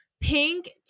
pink